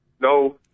No